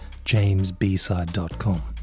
jamesbside.com